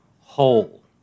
whole